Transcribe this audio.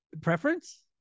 preference